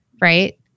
Right